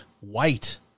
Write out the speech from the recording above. white